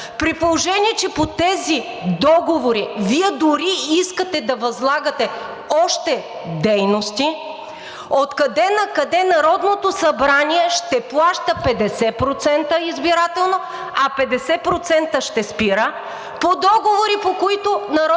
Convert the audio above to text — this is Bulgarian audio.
при положение че по тези договори Вие дори искате да възлагате още дейности? Откъде накъде Народното събрание ще плаща 50% избирателно, а 50% ще спира по договори, по които в Народното събрание даже не сме